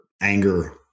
anger